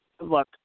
look –